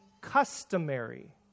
customary